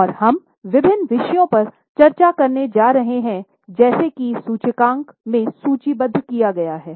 और हम विभिन्न विषयों पर चर्चा करने जा रहे हैं जैसा कि सूचकांक में सूचीबद्ध है